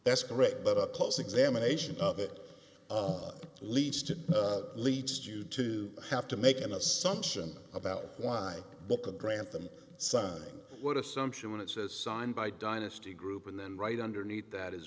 that's correct but up close examination of it leads to leads you to have to make an assumption about why book a grant them sign what assumption when it says signed by dynasty group and then right underneath that